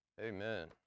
amen